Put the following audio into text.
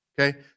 Okay